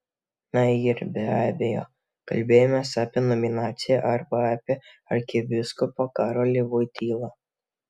na ir be abejo kalbėjomės apie nominaciją arba apie arkivyskupą karolį voitylą